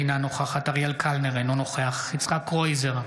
אינה נוכחת אריאל קלנר, אינו נוכח יצחק קרויזר,